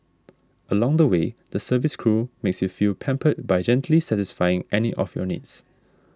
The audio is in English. along the way the service crew makes you feel pampered by gently satisfying any of your needs